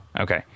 Okay